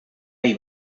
hay